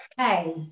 okay